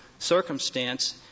circumstance